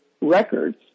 records